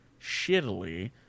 shittily